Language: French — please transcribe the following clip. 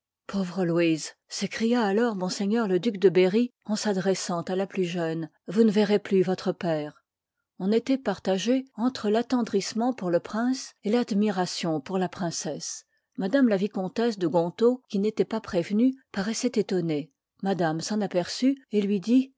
pauvre louise s'écria alors m le duc de berry en s'adressant à la plus jeune vous ne verrez plus votre père on étoit partagé entre l'attendrissement pour le prince et l'admiration pour la princesse m la vicomtesse de gontaut qui n'étoit pas prévenue paroissoit étonnée madame s'en aperçut et lui dit